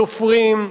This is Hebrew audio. סופרים,